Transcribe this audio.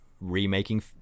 remaking